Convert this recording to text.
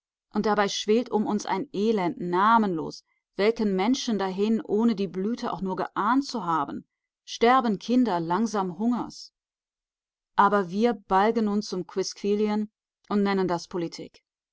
und dabei schwelt um uns ein elend namenlos welken menschen dahin ohne die blüte auch nur geahnt zu haben sterben kinder langsam hungers wir aber balgen uns um quisquilien und nennen das politik